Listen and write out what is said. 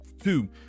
Two